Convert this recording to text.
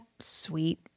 sweet